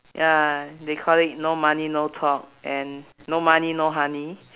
ya they call it no money no talk and no money no honey